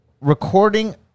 recording